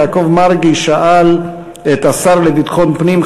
יעקב מרגי שאל את השר לביטחון פנים,